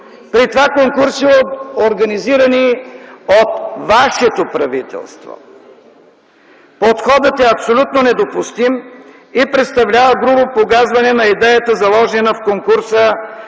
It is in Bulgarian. При това конкурси, организирани от вашето правителство! Подходът е абсолютно недопустим и представлява грубо погазване на идеята, заложена в конкурса,